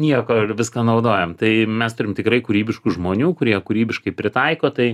nieko ir viską naudojam tai mes turim tikrai kūrybiškų žmonių kurie kūrybiškai pritaiko tai